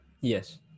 Yes